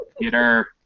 Peter